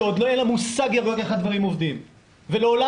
שעוד אין לה מושג איך הדברים עובדים ולעולם